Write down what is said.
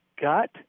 gut